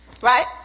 Right